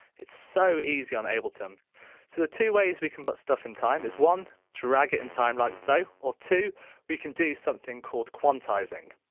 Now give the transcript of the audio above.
it's so easy on ableton. so the two ways we can put stuff in time is one drag it in time like so or two we can do something called quantising